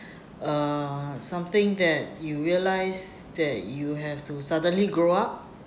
uh something that you realised that you have to suddenly grow up